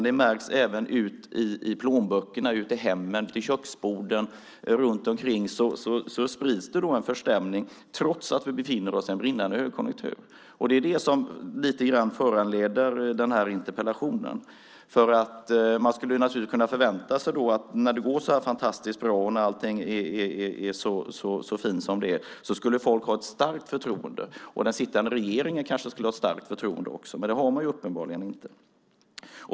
Det märks även i plånböckerna, ute i hemmen, vid köksborden. Runt omkring sprids det en förstämning, trots att vi befinner oss i en brinnande högkonjunktur. Det är det som lite grann föranleder den här interpellationen. Man skulle naturligtvis kunna förvänta sig att när det går så här fantastiskt bra och när allting är så fint som det är skulle folk ha ett starkt förtroende, och den sittande regeringen kanske skulle ha ett starkt förtroende också. Men det har den ju uppenbarligen inte.